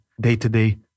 day-to-day